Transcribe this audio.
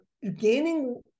gaining